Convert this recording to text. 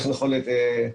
ואיך נכון לטייל,